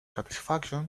satisfaction